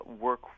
work